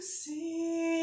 see